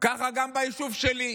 ככה גם ביישוב שלי,